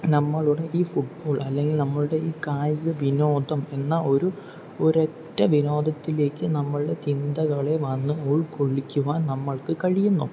നമ്മളുടെ ഈ ഫുട്ബോൾ അല്ലെങ്കിൽ നമ്മളുടെ ഈ കായിക വിനോദം എന്ന ഒരു ഒരൊറ്റ വിനോദത്തിലേക്ക് നമ്മൾ ചിന്തകളെ വന്ന് ഉൾകൊള്ളിക്കുവാൻ നമ്മൾക്ക് കഴിയുന്നു